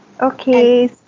Okay